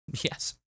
Yes